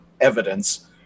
evidence